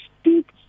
speak